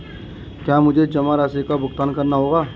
क्या मुझे जमा राशि का भुगतान करना होगा?